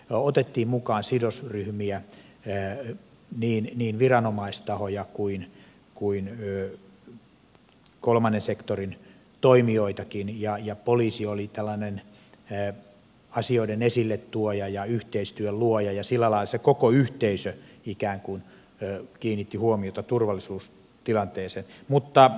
me otimme mukaan sidosryhmiä niin viranomaistahoja kuin kolmannen sektorin toimijoitakin ja poliisi oli tällainen asioiden esilletuoja ja yhteistyön luoja ja sillä lailla se koko yhteisö ikään kuin kiinnitti huomiota turvallisuustilanteeseen